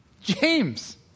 James